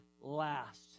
last